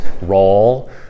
role